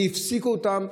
הפסיקו אותם,